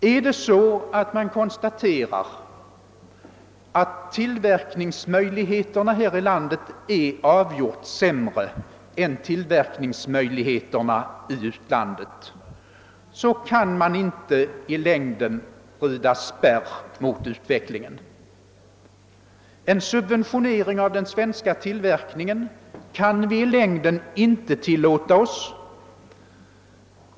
Är det så att det konstateras att till verkningsmöjligheterna här i landet är avgjort sämre än tillverkningsmöjligheterna i utlandet, så kan man inte rida spärr mot utvecklingen. En subventionering av den svenska tillverkningen kan vi inte i längden tillåta oss.